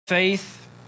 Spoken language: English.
Faith